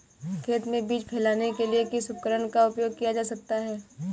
खेत में बीज फैलाने के लिए किस उपकरण का उपयोग किया जा सकता है?